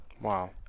Wow